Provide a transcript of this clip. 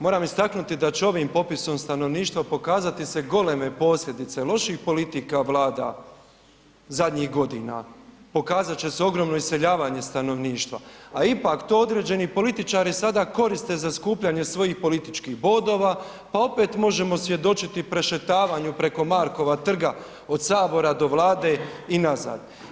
Moram istaknuti da će ovim popisom stanovništva pokazati se goleme posljedice loših politika vlada zadnjih godina, pokazat će se ogromno iseljavanje stanovništva, a ipak to određeni političari sada koriste za skupljanje svojih političkih bodova pa opet možemo svjedočiti prešetavanju preko Markova trga od sabora do Vlade i nazad.